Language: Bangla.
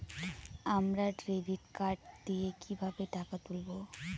আমরা ডেবিট কার্ড দিয়ে কিভাবে টাকা তুলবো?